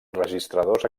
registradors